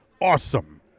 awesome